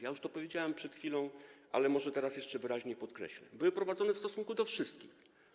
Ja już to powiedziałem przed chwilą, ale teraz może jeszcze wyraźniej podkreślę: były prowadzone w stosunku do wszystkich.